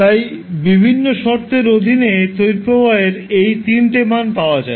তাই বিভিন্ন শর্তের অধীনে তড়িৎ প্রবাহের এই 3 টে মান পাওয়া যায়